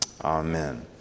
Amen